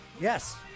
Yes